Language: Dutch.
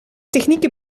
technieken